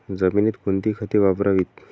जमिनीत कोणती खते वापरावीत?